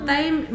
Time